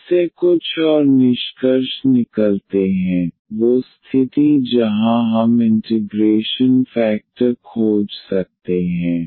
इससे कुछ और निष्कर्ष निकलते हैं वो स्थिति जहां हम इंटिग्रेशन फेकटर खोज सकते हैं